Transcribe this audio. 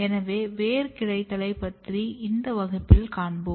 எனவே வேர் கிளைத்தலை பற்றி இந்த வகுப்பில் காண்போம்